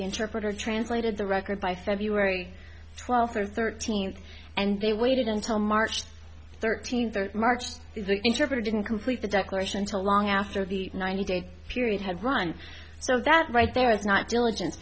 the interpreter translated the record by february twelfth or thirteenth and they waited until march thirteenth march didn't complete the declaration to long after the ninety day period had run so that right there was not diligence